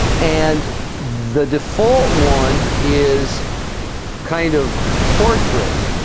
and the default one is kind of portrait